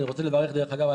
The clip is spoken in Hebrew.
אני רוצה לברך דרך אגב,